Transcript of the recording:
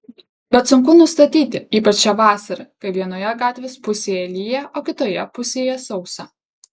bet sunku nustatyti ypač šią vasarą kai vienoje gatvės pusėje lyja o kitoje pusėje sausa